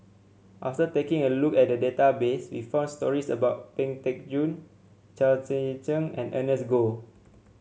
after taking a look at the database we found stories about Pang Teck Joon Chao Tzee Cheng and Ernest Goh